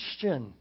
question